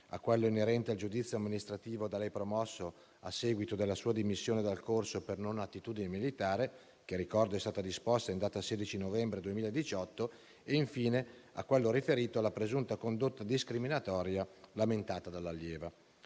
a quello inerente al giudizio amministrativo da ella promosso, a seguito della sua dimissione dal corso per non attitudine militare, che - lo ricordo - è stata disposta in data 16 novembre 2018; e infine a quello riferito alla presunta condotta discriminatoria lamentata dall'allieva.